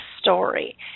story